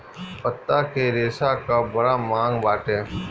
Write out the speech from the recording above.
पत्ता के रेशा कअ बड़ा मांग बाटे